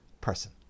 person